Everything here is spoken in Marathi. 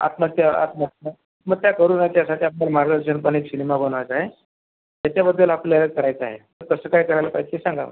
आत्महत्या आत्महत्या मग त्या करू नये त्यासाठी आपल्याला मार्गदर्शन पण एक सिनेमा बनवायचा आहे त्याच्याबद्दल आपल्याला करायचं आहे कसं काय करायला पाहिजे ते सांगा